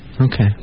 Okay